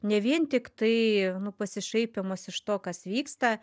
ne vien tiktai nu pasišaipymas iš to kas vyksta